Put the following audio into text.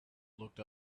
looked